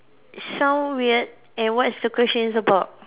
sound weird and what is the question is about